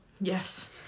Yes